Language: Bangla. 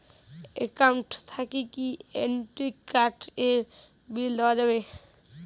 একাউন্ট থাকি কি ক্রেডিট কার্ড এর বিল দেওয়া যাবে?